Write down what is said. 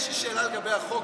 יש לי שאלה לגבי החוק,